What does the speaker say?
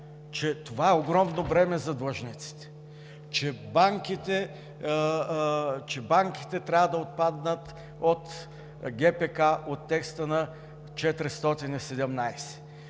че това е огромно бреме за длъжниците, че банките трябва да отпаднат от ГПК – от текста на чл.